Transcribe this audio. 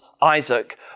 Isaac